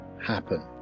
happen